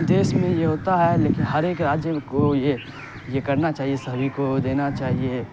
دیش میں یہ ہوتا ہے لیکن ہر ایک راجیہ کو یہ یہ کرنا چاہیے سبھی کو دینا چاہیے